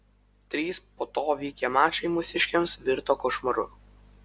trys po to vykę mačai mūsiškiams virto košmaru